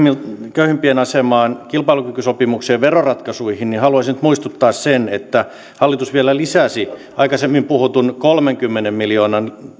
köyhimpien asemaan kilpailukykysopimukseen ja veroratkaisuihin niin haluaisin nyt muistuttaa että hallitus vielä nosti sen aikaisemmin puhutun kolmenkymmenen miljoonan